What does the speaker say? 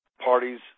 parties